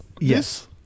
Yes